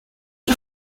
des